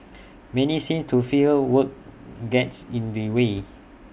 many seem to feel work gets in the way